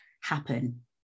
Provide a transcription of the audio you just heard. happen